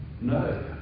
No